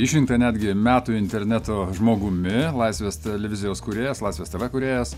išrinktą netgi metų interneto žmogumi laisvės televizijos kūrėjas laisvės tv kūrėjas